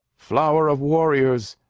flower of warriors,